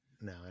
No